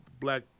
black